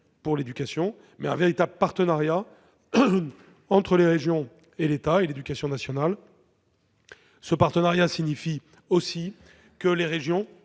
pour l'éducation -, mais à un véritable partenariat entre les régions, l'État et l'éducation nationale. Cela signifie aussi que les régions